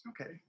Okay